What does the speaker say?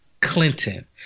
Clinton